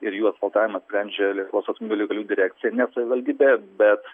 ir jų asfaltavimą sprendžia lietuvos automobilių kelių direkcija ne savivaldybė bet